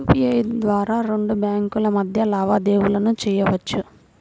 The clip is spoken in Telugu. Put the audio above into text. యూపీఐ ద్వారా రెండు బ్యేంకుల మధ్య లావాదేవీలను చెయ్యొచ్చు